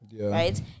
right